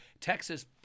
Texas